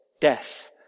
death